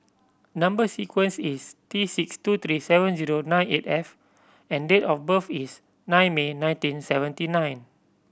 number sequence is T six two three seven zero nine eight F and date of birth is nine May nineteen seventy nine